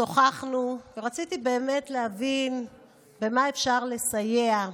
שוחחנו ורציתי באמת להבין במה אפשר לסייע.